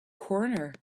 corner